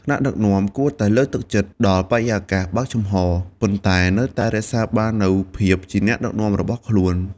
ថ្នាក់ដឹកនាំគួរតែលើកទឹកចិត្តដល់បរិយាកាសបើកចំហរ ប៉ុន្តែនៅតែរក្សាបាននូវភាពជាអ្នកដឹកនាំរបស់ខ្លួន។